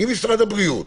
אם משרד הבריאות